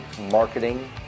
marketing